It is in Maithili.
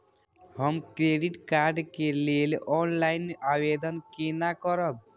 हम क्रेडिट कार्ड के लेल ऑनलाइन आवेदन केना करब?